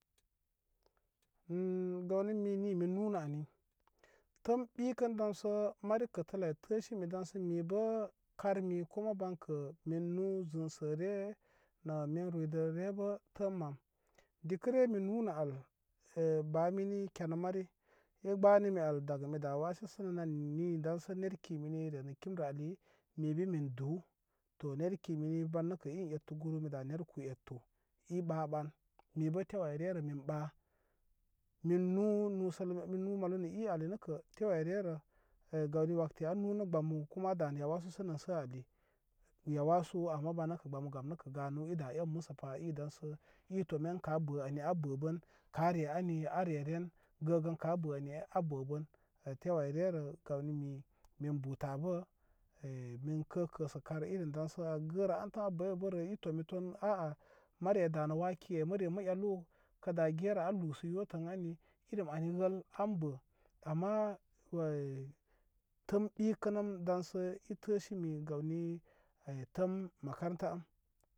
gawni mi ni mi nunə ani təm təsimi daŋsə sə mi bə kar mi kuma bankə mi nu zənsəre nə min ruydəlləre bə təm am dikəre mi nunə al ba mini kenə mari i gbənimi al daga mida wase tənən ni daŋsə neri kimi ni renə kimrə ali mibə min duwu to nerikimini ban nəkə in ettu guru mi danə nerikiw ettul ɓaɓan mibə tew ay rerə min ɓa. Min nu nusəl mi nunə i ay nəkə tiw ay rerə e gawni wakati alunə gbəmu kuma wakati alunə gbəmu kuma a danə wase tənən tə ani yawasu ama bankə gbəmu gam nəkə ganu ida en məsəpa i daŋsə i tome ənkəabə ani abəbən ka are ani a reren gə ban kə abə ani abəbən ay tew ayrerə gawni mi min bu tabə e min kə kəsə kan irin daŋsə agərə antəm abəybərə i tomi ton aa mari ay danə waki ay məre mə ellu kə da gerə a lusə yotə ə ani irem ani wəl an bə ama wəy təm ɓikə nəm daŋsə i təsimi gawni təm makərənta am.